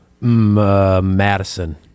Madison